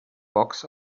box